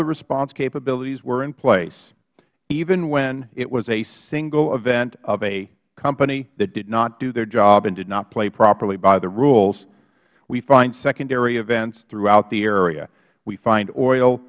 the response capabilities were in place even when it was a single event of a company that did not do their job and did not play properly by the rule we find secondary events throughout the area we find oil